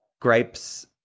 gripes